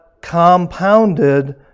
compounded